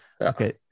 Okay